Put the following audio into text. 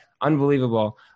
Unbelievable